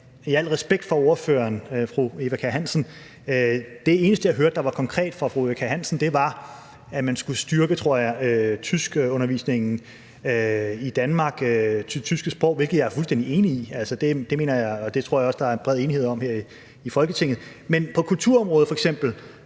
i al respekt for ordføreren, fru Eva Kjer Hansen, sige, at det eneste, jeg hørte der var konkret fra fru Eva Kjer Hansens side, var, at man skulle styrke, tror jeg, undervisningen i det tyske sprog i Danmark, hvilket jeg er fuldstændig enig i, og det tror jeg også der er bred enighed om her i Folketinget. Men på f.eks. kulturområdet er